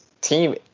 team